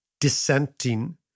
dissenting